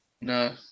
no